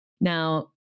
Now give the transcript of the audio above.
Now